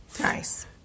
Nice